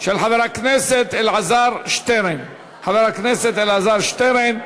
של חבר הכנסת אלעזר שטרן, חבר הכנסת אלעזר שטרן,